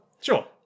Sure